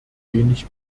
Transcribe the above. wenig